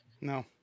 no